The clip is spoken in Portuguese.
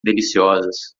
deliciosas